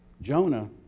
Jonah